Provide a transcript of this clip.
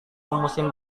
musim